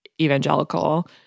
evangelical